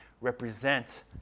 represent